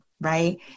right